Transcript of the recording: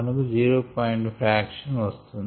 5 fraction వస్తుంది